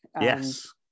Yes